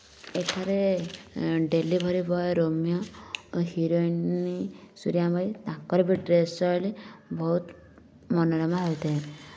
ଏଠାରେ delivery boy Romeo heroine Suryamayi ତାଙ୍କର ବି ଡ୍ରେସ୍ ଶୈଳୀ ବହୁତ ମନୋରମ ହୋଇଥାଏ